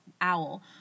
owl